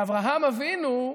ואברהם אבינו,